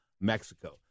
Mexico